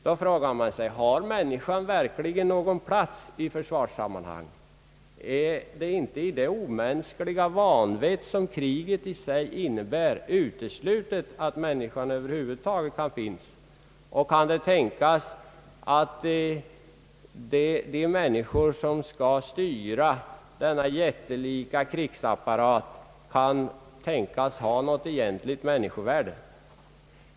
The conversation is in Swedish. Då frågar man sig: Har människan verkligen någon plats i försvarssammanhang? Kriget innebär ju i sig ett omänskligt vanvett. är det tänkbart att de människor, som skall styra den nutida jättelika krigsapparaten, i det sammanhanget har något egentligt människovärde?